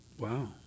Wow